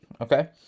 okay